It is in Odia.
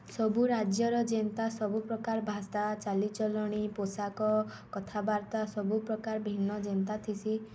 ସବୁ ରାଜ୍ୟର ଯେନ୍ତା ସବୁ ପ୍ରକାର୍ ଭାଷା ଚାଲିଚଲଣି ପୋଷାକ କଥାବାର୍ତ୍ତା ସବୁ ପ୍ରକାର୍ ଭିନ୍ନ ଯେନ୍ତା ଥିସି